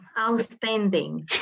outstanding